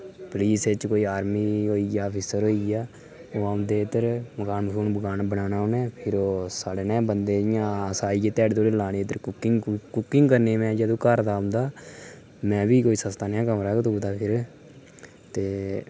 police च कोई army च आफिसर होईया ओह् औंदे इद्धर मकान मुकुन बनाना उनें फिर ओह् साढ़े नेह् बंदे इ'यां अस आईये ध्याड़ी ध्युड़ी लाने इद्धर कुकिंग करने में जंदू घर दा औंदा में बी कोई सस्ता नेहा कमरां गै तुपदा फिर ते